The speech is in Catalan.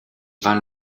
van